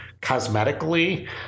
cosmetically